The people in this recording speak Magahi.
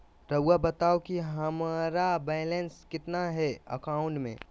रहुआ बताएं कि हमारा बैलेंस कितना है अकाउंट में?